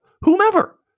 whomever